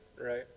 right